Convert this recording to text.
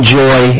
joy